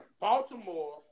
Baltimore